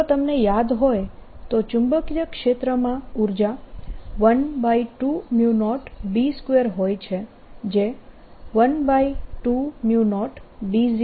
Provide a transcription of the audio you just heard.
જો તમને યાદ હોય તો ચુંબકીય ક્ષેત્રમાં ઉર્જા 120B 2 હોય છે જે 120B02sin2k